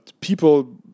people